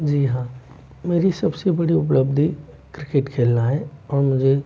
जी हाँ मेरी सब से बड़ी उपलब्धि क्रिकेट खेलना है और मुझे